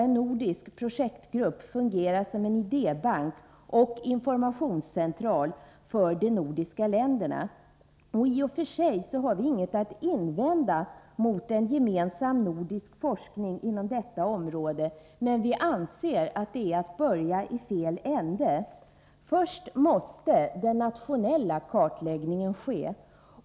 En nordisk projektgrupp skulle kunna fungera som en idébank och informationscentral för de nordiska länderna. I och för sig har vi inget att invända mot en gemensam nordisk forskning inom detta område, men vi anser att det är att börja i fel ände. Först måste den nationella kartläggningen ske.